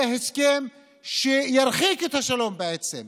זה הסכם שירחיק את השלום, בעצם,